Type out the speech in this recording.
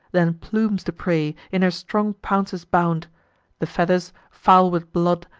then plumes the prey, in her strong pounces bound the feathers, foul with blood,